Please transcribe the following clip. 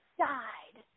died